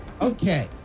Okay